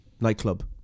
nightclub